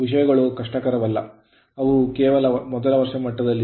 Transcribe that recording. ವಿಷಯಗಳು ಕಷ್ಟಕರವಲ್ಲ ಅವು ಮೊದಲ ವರ್ಷದ ಮಟ್ಟದಲ್ಲಿವೆ